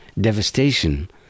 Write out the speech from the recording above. devastation